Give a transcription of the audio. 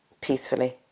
peacefully